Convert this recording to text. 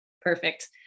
Perfect